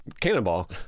Cannonball